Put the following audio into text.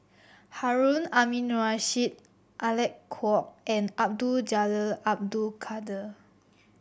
Harun Aminurrashid Alec Kuok and Abdul Jalil Abdul Kadir